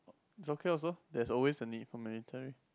is okay also there's always a need for military